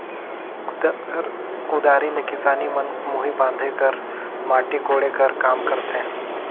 कुदारी ले किसान मन मुही बांधे कर, माटी कोड़े कर काम करथे